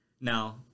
Now